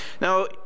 Now